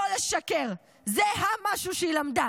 לא לשקר, זה המשהו שהיא למדה